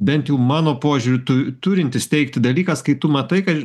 bent jau mano požiūriu tu turintis teikti dalykas kai tu matai kad